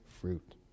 fruit